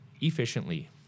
efficiently